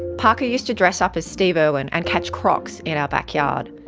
parker used to dress up as steve irwin and catch crocs in our backyard.